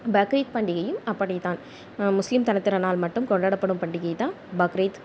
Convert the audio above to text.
பக்ரீத் பண்டிகையும் அப்படிதான் முஸ்லீம் தளத்தினரால் மட்டும் கொண்டாட படும் பண்டிகைதான் பக்ரீத்